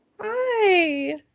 Hi